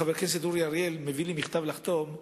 חבר הכנסת אורי אריאל הביא לי היום מכתב לחתום עליו,